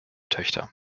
töchter